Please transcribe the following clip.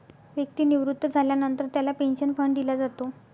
व्यक्ती निवृत्त झाल्यानंतर त्याला पेन्शन फंड दिला जातो